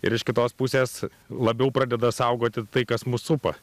ir iš kitos pusės labiau pradeda saugoti tai kas mus supa